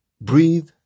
Breathe